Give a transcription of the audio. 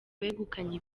wegukanye